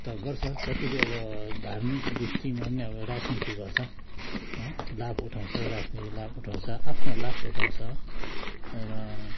त गर्छ कतिले अब धार्मिक दृष्टिमा पनि अब राजनीति गर्छ हो लाभ उठाउँछ राजनीति लाभ उठाउँछ आफ्नो लाभ उठाउँछ र